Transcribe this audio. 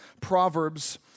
Proverbs